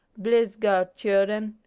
bliss god, childen,